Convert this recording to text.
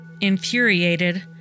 Infuriated